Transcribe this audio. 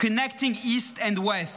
connecting east and west.